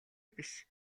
биш